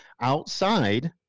outside